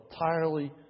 entirely